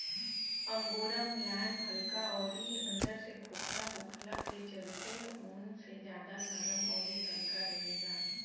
angora मुलायम हल्का अउरी अंदर से खोखला होखला के चलते ऊन से ज्यादा गरम अउरी हल्का रहेला